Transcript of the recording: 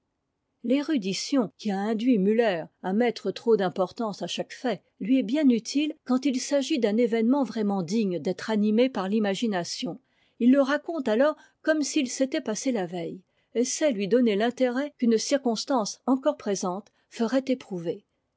l'érudition qui a induit mùtter à mettre trop d'importance à chaque fait lui est bien utite quand il s'agit d'un événement vraiment digne d'être animé par l'imagination il le raconte alors comme s'il s'était passé la veille et sait lui donner l'intérêt qu'une circonstance encore présente ferait éprouver